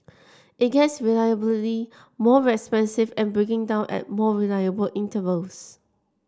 it gets reliably more expensive and breaking down at more reliable intervals